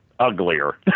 Uglier